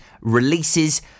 releases